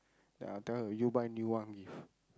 then I'll tell her you buy new one give